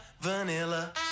vanilla